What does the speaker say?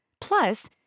Plus